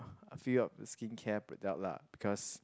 a few of the skin care product lah because